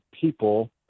people